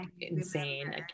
insane